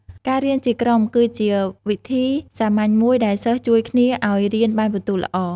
ការរៀនជាក្រុមគឺជាវិធីសាមញ្ញមួយដែលសិស្សជួយគ្នាឲ្យរៀនបានពិន្ទុល្អ។